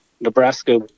Nebraska